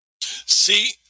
See